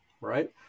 right